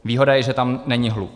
Výhoda je, že tam není hluk.